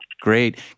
Great